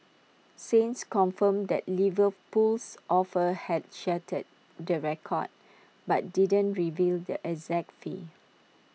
saints confirmed that Liverpool's offer had shattered the record but didn't reveal the exact fee